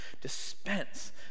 dispense